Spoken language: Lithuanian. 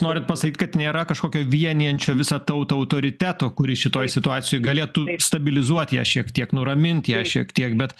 norit pasakyt kad nėra kažkokio vienijančio visą tautą autoriteto kuris šitoj situacijoj galėtų stabilizuot ją šiek tiek nuramint ją šiek tiek bet